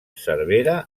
servera